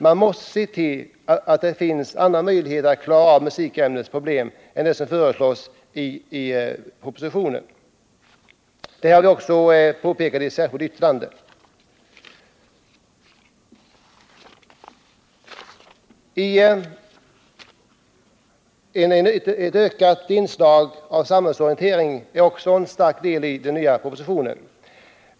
Man måste se till att det finns andra möjligheter att klara av musikämnets problem än de som föreslås i propositionen. Detta har vi också påpekat i ett särskilt yttrande. Ett ökat inslag av samhällsorientering utgör också en stark del av den nya propositionen.